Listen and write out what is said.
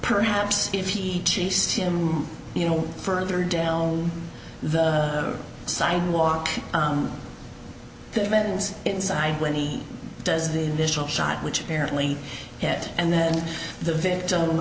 perhaps if he chased him you know further down the sidewalk to events inside when he does this trial shot which apparently hit and then the victim